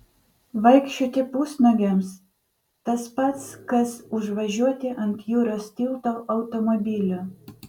vaikščioti pusnuogiams tas pats kas užvažiuoti ant jūros tilto automobiliu